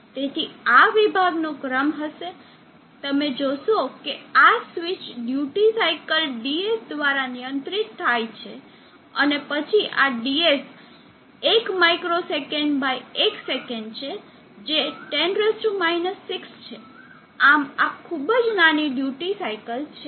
તેથી આ વિભાગોનો ક્રમ હશે તમે જોશો કે આ સ્વિચ ડ્યુટી સાઇકલ ds દ્વારા નિયંત્રિત થાય છે અને પછી આ ds એક માઇક્રો સેકંડ બાય એક સેકંડ છે જે 10 6 છે આમ આ ખૂબ જ નાની ડ્યુટી સાઇકલ છે